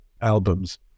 albums